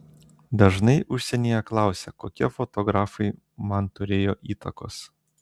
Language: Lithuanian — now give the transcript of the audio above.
dažnai užsienyje klausia kokie fotografai man turėjo įtakos